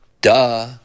Duh